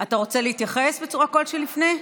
אתה רוצה להתייחס בצורה כלשהי לפני?